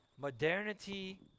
modernity